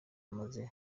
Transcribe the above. maze